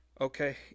Okay